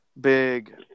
big